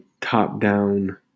top-down